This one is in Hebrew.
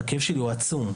והכאב שלי הוא עצום.